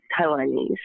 Taiwanese